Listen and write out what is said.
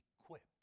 equipped